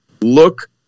look